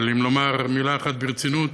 אבל אם נאמר מילה אחת ברצינות,